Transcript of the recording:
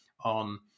on